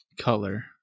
color